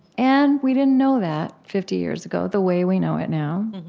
and we didn't know that fifty years ago the way we know it now